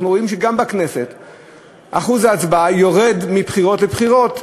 אנחנו רואים שגם אחוז ההצבעה לכנסת יורד מבחירות לבחירות,